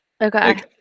Okay